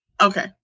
Okay